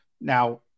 Now